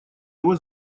его